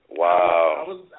Wow